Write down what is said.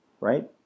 right